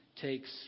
takes